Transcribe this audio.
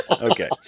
Okay